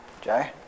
Jay